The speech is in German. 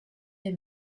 der